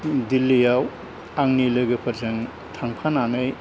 दिल्लीआव आंनि लोगोफोरजों थांफानानै